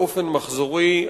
באופן מחזורי,